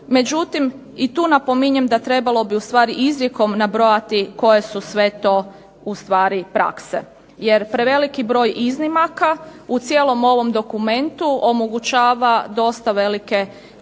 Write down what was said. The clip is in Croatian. Međutim, i tu napominjem da trebalo bi izrijekom nabrojati koje su sve to prakse, jer preveliki broj iznimaka u cijelom ovom dokumentu omogućava dosta velike